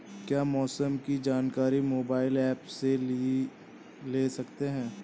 क्या मौसम की जानकारी मोबाइल ऐप से ले सकते हैं?